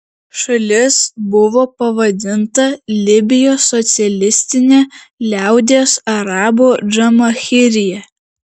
šalis buvo pavadinta libijos socialistine liaudies arabų džamahirija